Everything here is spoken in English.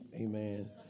amen